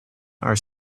are